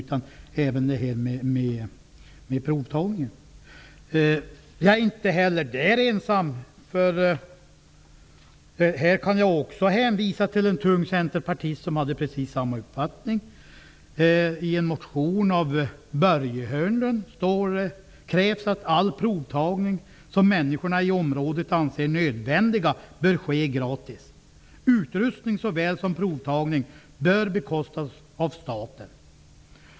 Jag är inte ensam om den uppfattningen, utan jag kan hänvisa till en tung centerpartist, som hade precis samma uppfattning. I en motion krävde Börje Hörnlund att all provtagning som människorna i området anser nödvändig bör ske gratis samt att utrustning såväl som provtagning bör bekostas av staten.